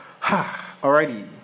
alrighty